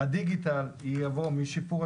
הדיגיטל יבוא משיפור,